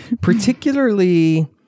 particularly